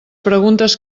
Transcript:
preguntes